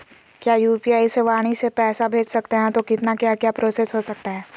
क्या यू.पी.आई से वाणी से पैसा भेज सकते हैं तो कितना क्या क्या प्रोसेस हो सकता है?